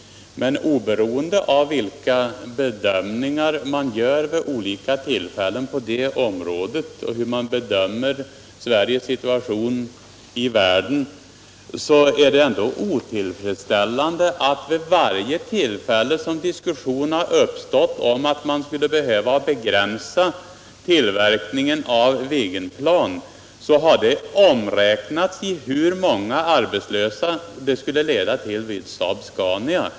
öser D Aer Men oberoende av vilka bedömningar man gör vid olika tillfällen på Om produktionsindet området, och hur man bedömer Sveriges situation i världen, är det — riktningen vid ändå otillfredsställande att vid varje tillfälle som diskussion uppstått om = försvarsindustrin begränsning av tillverkningen av Viggenplan har man omräknat detta i hur många arbetslösa det skulle leda till vid SAAB-SCANIA.